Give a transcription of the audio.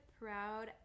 proud